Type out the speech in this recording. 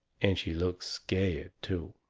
and she looks scared, too.